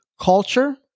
culture